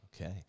Okay